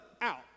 out